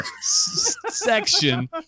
section